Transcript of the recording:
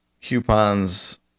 coupons